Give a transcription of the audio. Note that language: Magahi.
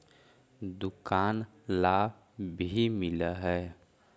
दुकान ला भी मिलहै?